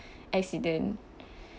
accident